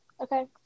Okay